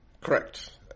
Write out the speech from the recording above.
Correct